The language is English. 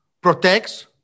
protects